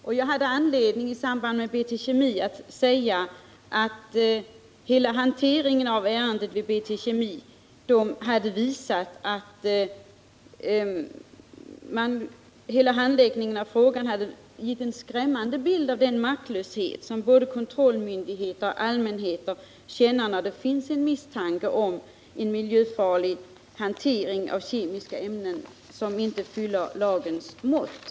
I debatten om BT-Kemi hade jag anledning att säga att hela handläggningen av den frågan gav en skrämmande bild av den maktlöshet som både kontrollmyndigheter och allmänheten känner vid misstankar om att hanteringen av kemiska ämnen är miljöfarlig och inte fyller lagens krav.